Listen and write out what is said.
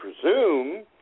presume